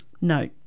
No